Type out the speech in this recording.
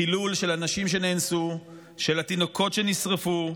חילול של הנשים שנאנסו, של התינוקות שנשרפו.